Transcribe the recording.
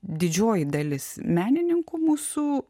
didžioji dalis menininkų mūsų